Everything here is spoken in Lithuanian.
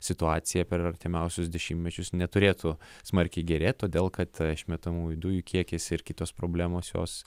situacija per artimiausius dešimtmečius neturėtų smarkiai gerėt todėl kad išmetamųjų dujų kiekis ir kitos problemos jos